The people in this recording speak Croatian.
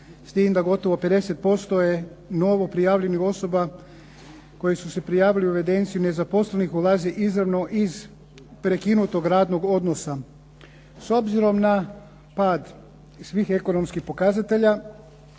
tim da gotovo 50% je novo prijavljenih osoba koje su se prijavile u evidenciju nezaposlenih ulazi izravno iz prekinutog radnog odnosa. S obzirom na pad svih ekonomskih pokazatelja,